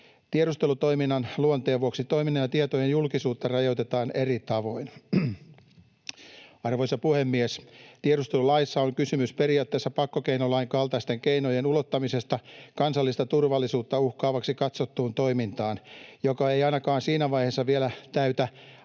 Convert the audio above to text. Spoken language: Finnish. Tiedustelutoiminnan luonteen vuoksi toiminnan ja tietojen julkisuutta rajoitetaan eri tavoin. Arvoisa puhemies! Tiedustelulaissa on kysymys periaatteessa pakkokeinolain kaltaisten keinojen ulottamisesta kansallista turvallisuutta uhkaavaksi katsottuun toimintaan, joka ei ainakaan siinä vaiheessa vielä täytä